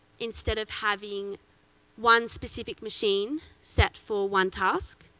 instead of having one specific machine set for one task.